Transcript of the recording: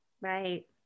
right